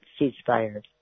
ceasefire